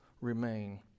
remain